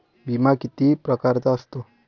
बिमा किती परकारचा असतो?